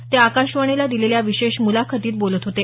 ते आकाशवाणीला दिलेल्या विशेष मुलाखतीत बोलत होते